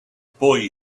boy